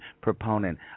proponent